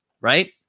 right